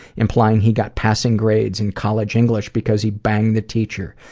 implying he got passing grades in college english because he banged the teacher.